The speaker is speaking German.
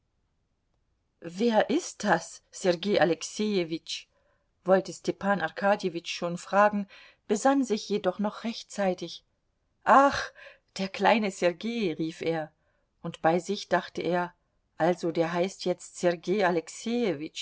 wer ist das sergei alexejewitsch wollte stepan arkadjewitsch schon fragen besann sich jedoch noch rechtzeitig ach der kleine sergei rief er und bei sich dachte er also der heißt jetzt